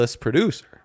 producer